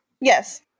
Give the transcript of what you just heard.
yes